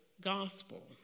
gospel